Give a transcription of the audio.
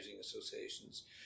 associations